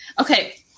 okay